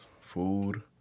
food